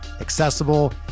accessible